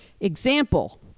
Example